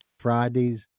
Fridays